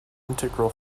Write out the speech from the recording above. integral